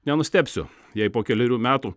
nenustebsiu jei po kelerių metų